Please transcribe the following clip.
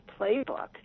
playbook